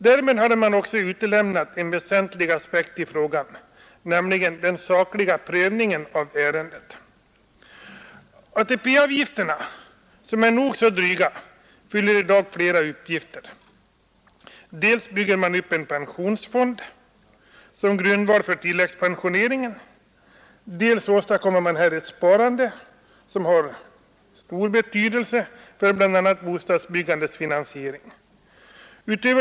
Därmed hade man också utelämnat en väsentlig aspekt Tisdagen den på frågan, nämligen den sakliga prövningen av ärendet. ATP-avgifterna, 16 maj 1972 som är nog så dryga, fyller i dag flera uppgifter. Dels bygger man med dem upp en pensionsfond som utgör grundval för tilläggspensionering, Avgiften till tilläggs dels åstadkommer man ett sparande, som har stor betydelse för bl.a. pensioneringen för bostadsbyggandets finansiering.